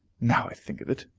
now i think of it!